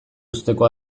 uzteko